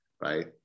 right